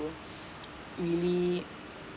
really